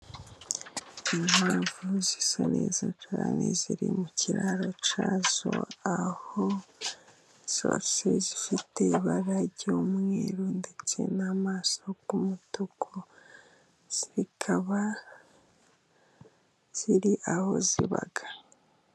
Inkwavu zisa neza cyane, ziri mu kiraro cyazo, aho zose zifite ibara ry'umweru, ndetse n'amaso y'umutuku, zikaba ziri aho ziba.